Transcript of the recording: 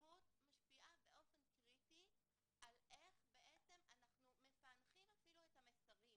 התרבות משפיעה באופן קריטי על איך בעצם אנחנו מפענחים את המסרים.